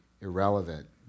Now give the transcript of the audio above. irrelevant